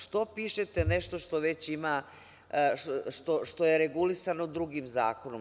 Što pišete nešto što je regulisano drugim zakonom?